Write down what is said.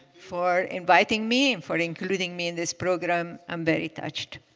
for inviting me and for including me in this program. i'm very touched.